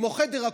כמו חדר אקוטי,